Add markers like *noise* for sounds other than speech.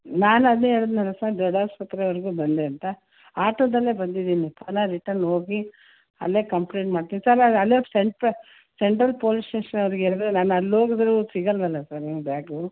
ನಾನು ಅದೇ ಹೇಳಿದೆನಲ ಸರ್ ದೊಡ್ದ ಆಸ್ಪತ್ರೆವರೆಗು ಬಂದೆ ಅಂತ ಆಟೊದಲ್ಲೇ ಬಂದಿದಿನಿ ಪುನಃ ರಿಟರ್ನ್ ಹೋಗಿ ಅಲ್ಲೆ ಕಂಪ್ಲೇಂಟ್ ಮಾಡ್ತೀನಿ ಸರ್ ನಾನು ಅಲ್ಲೆ *unintelligible* ಸೆಂಟ್ರಲ್ ಪೋಲೀಸ್ ಸ್ಟೇಷನ್ ಅವರಿಗೆ ಹೇಳ್ದೆ ನಾನು ಅಲ್ಲೊಗಿದ್ರು ಸಿಗೋಲ್ವಲ್ಲ ಸರ್ ನಿಮ್ಮ ಬ್ಯಾಗು